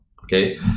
Okay